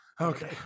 okay